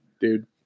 Dude